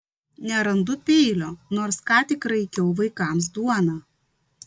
nerandu peilio nors ką tik raikiau vaikams duoną